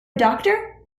doctor